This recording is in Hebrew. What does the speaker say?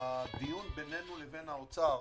הדיון בינינו לבין האוצר